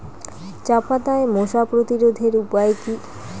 চাপাতায় মশা প্রতিরোধের উপায় কি?